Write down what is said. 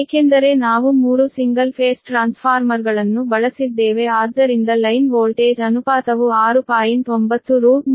ಏಕೆಂದರೆ ನಾವು ಮೂರು ಸಿಂಗಲ್ ಫೇಸ್ ಟ್ರಾನ್ಸ್ಫಾರ್ಮರ್ಗಳನ್ನು ಬಳಸಿದ್ದೇವೆ ಆದ್ದರಿಂದ ಲೈನ್ ವೋಲ್ಟೇಜ್ ಅನುಪಾತವು 6